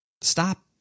stop